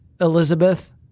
Elizabeth